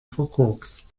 verkorkst